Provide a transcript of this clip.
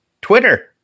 Twitter